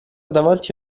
davanti